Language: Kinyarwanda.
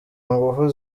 ngufu